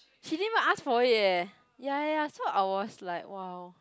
she didn't even ask for it eh ya ya ya so I was like !wow!